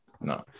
No